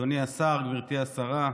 אדוני השר, גברתי השרה,